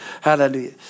Hallelujah